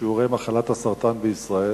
בשיעורי מחלת הסרטן בישראל,